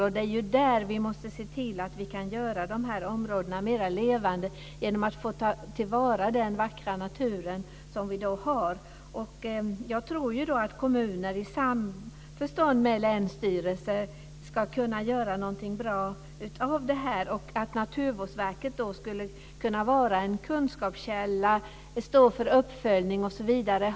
Och vi måste ju se till att vi kan göra de här områdena mera levande genom att ta till vara den vackra natur som vi har. Jag tror att kommuner i samförstånd med länsstyrelser ska kunna göra någonting bra av det här och att Naturvårdsverket skulle kunna vara en kunskapskälla, stå för uppföljning osv.